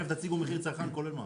תכף תציגו מחיר צרכן כולל מע"מ.